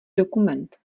dokument